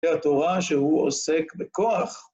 זה התורה שהוא עוסק בכוח.